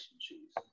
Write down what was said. cheese